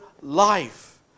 life